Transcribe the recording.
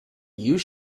you